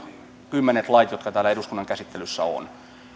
kymmenet lait jotka täällä eduskunnan käsittelyssä on omalta